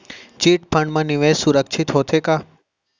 Chit fund मा निवेश सुरक्षित होथे का?